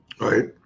Right